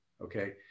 okay